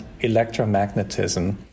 electromagnetism